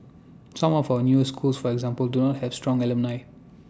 some of our new schools for example do not have strong alumni